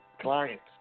clients